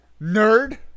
nerd